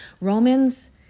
Romans